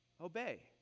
obey